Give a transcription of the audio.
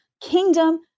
Kingdom